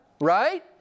right